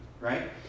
right